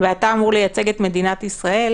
ואתה אמור לייצג את מדינת ישראל